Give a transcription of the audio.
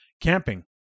camping